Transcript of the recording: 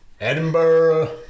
Edinburgh